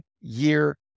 year